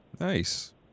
Nice